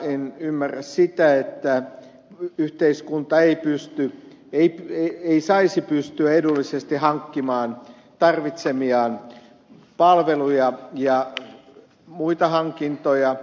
en ymmärrä sitä että yhteiskunta ei saisi pystyä edullisesti hankkimaan tarvitsemiaan palveluja ja muita hankintoja